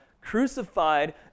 crucified